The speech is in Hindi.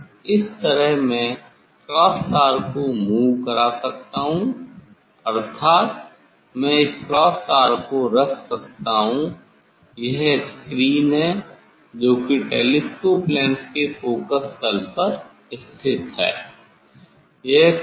अब इस तरह मैं क्रॉस तार को मूव करा सकता हूं अर्थात मैं इस क्रॉस तार को रख सकता हूं यह स्क्रीन है जोकि टेलीस्कोप लेंस के फोकस तल पर स्थित है